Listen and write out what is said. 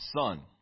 son